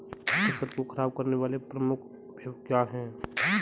फसल को खराब करने वाले प्रमुख अवयव क्या है?